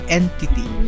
entity